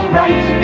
right